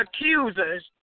accusers